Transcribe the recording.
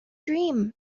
dream